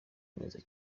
bameze